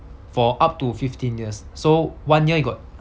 for up to fifteen years so one year you got